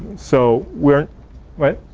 so, work what?